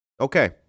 Okay